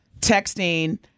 texting